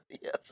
yes